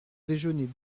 déjeuner